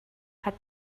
hat